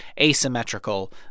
asymmetrical